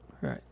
Right